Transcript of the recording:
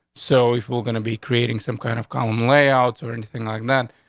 so if we're gonna be creating some kind of column layouts or anything like that,